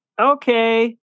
Okay